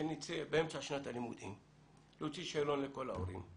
באמצע שנת הלימודים להוציא שאלון לכל ההורים.